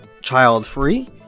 child-free